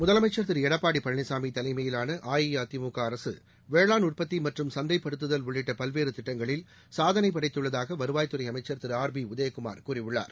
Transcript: முதலமைச்சர் திரு எடப்பாடி பழனிசாமி தலைமையிலான அஇஅதிமுக அரசு வேளாண் உற்பத்தி மற்றும் சந்தைப்படுத்துதல் உள்ளிட்ட பல்வேறு திட்டங்களில் சாதனை படைத்துள்ளதாக வருவாய்த்துறை அமைச்சர் திரு ஆர் பி உதயகுமார் கூறியுள்ளார்